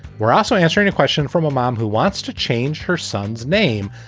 we're also answering a question from a mom who wants to change her son's name,